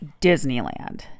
Disneyland